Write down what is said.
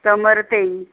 ਕਮਰ ਤੇਈ